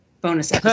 bonus